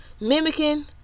mimicking